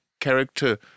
character